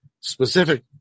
specific